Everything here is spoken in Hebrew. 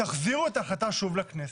תחזירו את ההחלטה שוב לכנסת?